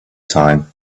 time